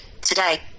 Today